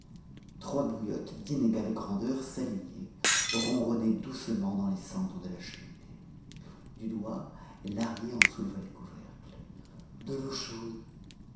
trois bouillottes d'inégale grandeur s'alignaient ronronnaient doucement dans les cendres de la cheminée du doigt lahrier en souleva les couvercles de l'eau chaude